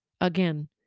Again